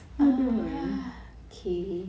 !aduh!